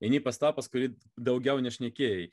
eini pas tą pas kurį daugiau nešnekėjai